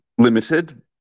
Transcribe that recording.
limited